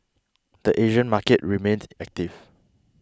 the Asian market remained active